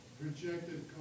projected